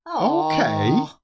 Okay